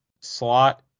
slot